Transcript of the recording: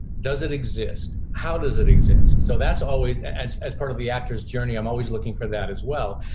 does it exist? how does it exist? so that's always as as part of the actor's journey. i'm always looking for that as well.